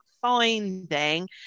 finding